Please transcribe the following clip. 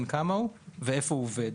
בן כמה הוא ואיפה הוא עובד.